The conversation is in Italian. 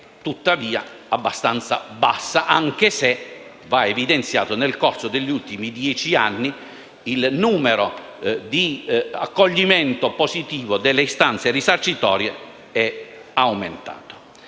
positivi abbastanza bassa, anche se deve essere evidenziato che, nel corso degli ultimi dieci anni, il numero degli accoglimenti positivi delle istanze risarcitorie è aumentato.